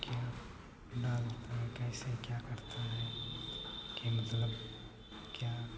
क्या डालता है कैसे क्या करता है कि मतलब क्या